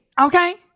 Okay